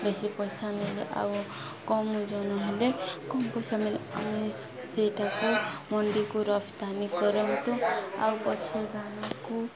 ବେଶୀ ପଇସା ମିଳେ ଆଉ କମ୍ ଓଜନ ହେଲେ କମ୍ ପଇସା ମିଳେ ଆମେ ସେଇଟାକୁ ମଣ୍ଡିକୁ ରପ୍ତାନି କରନ୍ତୁ ଆଉ ପଛେ ଧାନକୁ